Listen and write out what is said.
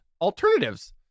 alternatives